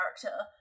character